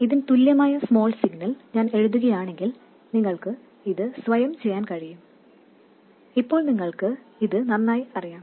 അതിനാൽ ഇതിന് തുല്യമായ സ്മോൾ സിഗ്നൽ ഞാൻ എഴുതുകയാണെങ്കിൽ നിങ്ങൾക്ക് ഇത് സ്വയം ചെയ്യാൻ കഴിയും ഇപ്പോൾ നിങ്ങൾക്ക് ഇത് നന്നായി അറിയാം